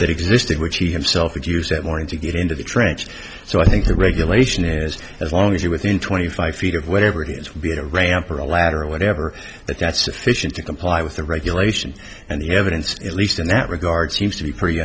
that existed which he himself would use that morning to get into the trench so i think the regulation is as long as you within twenty five feet of whatever he is would be a ramp or a ladder or whatever but that's fission to comply with the regulations and the evidence at least in that regard seems to be pretty